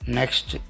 next